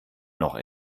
noch